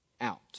out